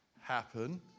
happen